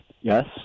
Yes